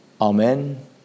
amen